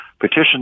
petition